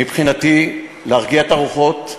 מבחינתי, להרגיע את הרוחות,